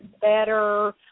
better